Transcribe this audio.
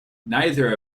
neither